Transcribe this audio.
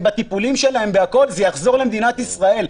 זה יחזור למדינת ישראל.